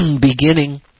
beginning